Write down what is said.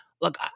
Look